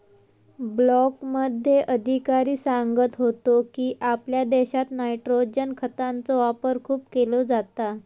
ब्लॉकमध्ये अधिकारी सांगत होतो की, आपल्या देशात नायट्रोजन खतांचो वापर खूप केलो जाता